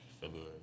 February